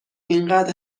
اینقد